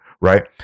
right